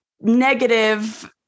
negative